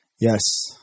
Yes